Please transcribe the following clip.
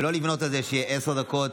ולא לבנות על זה שיהיו עשר דקות,